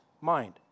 mind